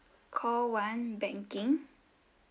call one banking